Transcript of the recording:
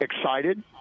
excited